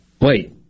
Wait